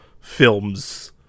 films